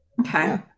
okay